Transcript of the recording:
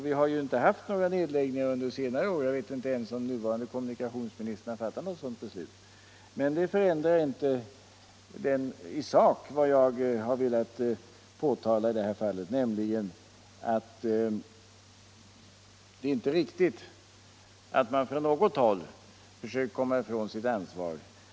Vi har inte haft några nedläggningar under senare år — jag vet inte ens om vår nuvarande kommunikationsminister har fattat något sådant beslut — men det förändrar inte i sak vad jag har velat påtala i det här fallet, nämligen att det inte är riktigt att man från något håll försöker komma ifrån sitt ansvar.